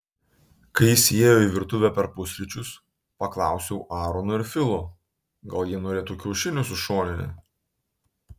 kai jis įėjo į virtuvę per pusryčius paklausiau aarono ir filo gal jie norėtų kiaušinių su šonine